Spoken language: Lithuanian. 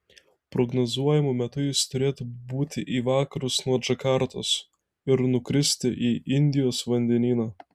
prognozuojamu metu jis turėtų būti į vakarus nuo džakartos ir nukristi į indijos vandenyną